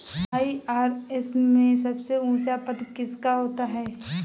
IRS में सबसे ऊंचा पद किसका होता है?